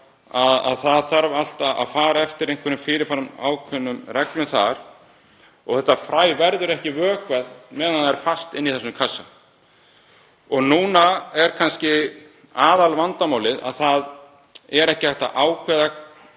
að það þarf alltaf að fara eftir einhverjum fyrir fram ákveðnum reglum þar. Þetta fræ verður ekki vökvað meðan það er fast inni í þessum kassa. Núna er kannski aðalvandamálið að ekki er hægt að ákveða